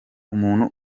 umuntu